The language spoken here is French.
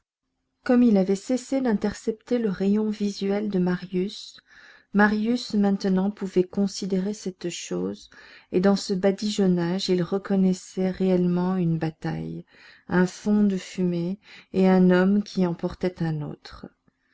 comme il avait cessé d'intercepter le rayon visuel de marius marius maintenant pouvait considérer cette chose et dans ce badigeonnage il reconnaissait réellement une bataille un fond de fumée et un homme qui en portait un autre